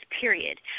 period